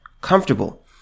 comfortable